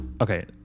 Okay